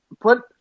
put